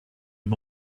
him